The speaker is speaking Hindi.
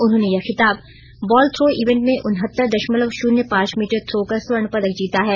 उन्होंने यह खिताब बॉल थ्रो इवेंट में उनहत्तर दशमलव शून्य पांच मीटर थ्रो कर स्वर्ण पदक जीता है